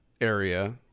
area